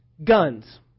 guns